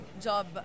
job